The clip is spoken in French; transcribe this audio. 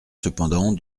cependant